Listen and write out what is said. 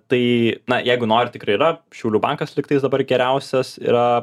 tai na jeigu nori tikrai yra šiaulių bankas lygtais dabar geriausias yra